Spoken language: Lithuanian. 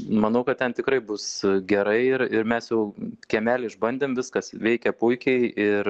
manau kad ten tikrai bus gerai ir ir mes jau kiemelį išbandėm viskas veikė puikiai ir